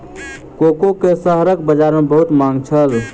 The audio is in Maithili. कोको के शहरक बजार में बहुत मांग छल